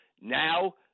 Now